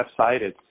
website